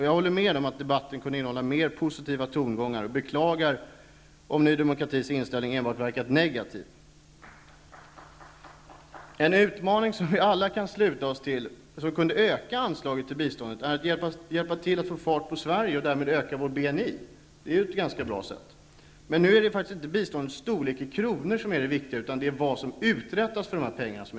Jag håller med om att debatten kunde innehålla mer positiva tongångar och beklagar om Ny demokratis inställning enbart verkat negativ. En utmaning som vi alla kan ta till oss och som kunde öka anslaget till biståndet, är att hjälpa till att få fart på Sverige och därmed öka vår BNI. Det är ett ganska bra sätt. Men nu är det faktiskt inte biståndets storlek i kronor som är det viktiga, utan det är vad som uträttas för pengarna.